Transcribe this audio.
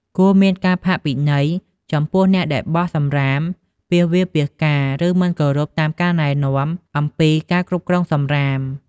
គួរមានការផាកពិន័យចំពោះអ្នកដែលបោះសំរាមពាសវាលពាសកាល ឬមិនគោរពតាមការណែនាំអំពីការគ្រប់គ្រងសំរាម។